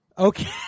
Okay